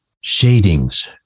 shadings